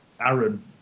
Aaron